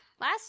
last